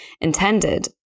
intended